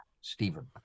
Stephen